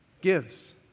gives